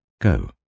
Go